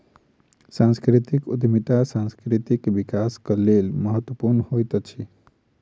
सांस्कृतिक उद्यमिता सांस्कृतिक विकासक लेल महत्वपूर्ण होइत अछि